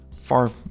far